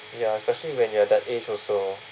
ya especially when you're at that age also